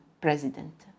president